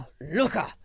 Looker